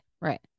right